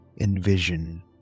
Envision